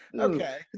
Okay